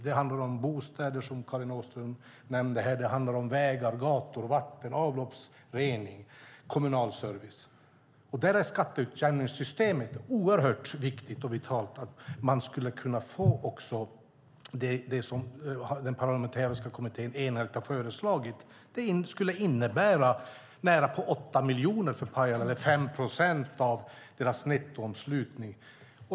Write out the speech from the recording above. Det handlar om bostäder, som Karin Åström nämnde, det handlar om vägar, gator, vatten, avloppsrening och kommunal service. Där är skatteutjämningssystemet oerhört viktigt. Det är vitalt att man kan få det som den parlamentariska kommittén enhälligt har föreslagit. Det skulle innebära närapå 8 miljoner för Pajala eller 5 procent av deras nettoomslutning.